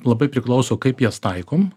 labai priklauso kaip jas taikom